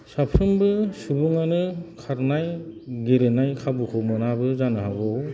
साफ्रोमबो सुबुंआनो खारनाय गेलेनाय खाबुखौ मोनाबो जानो हागौ